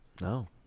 No